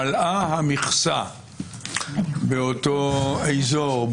אבל מלאה המכסה באותו אזור,